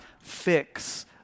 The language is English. fix